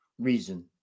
reason